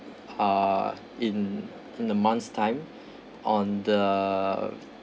uh in in a month time on the